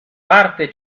parte